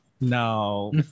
No